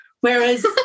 whereas